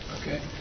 Okay